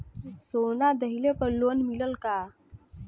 सोना दहिले पर लोन मिलल का?